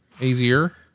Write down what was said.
easier